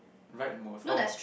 right most oh